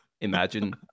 imagine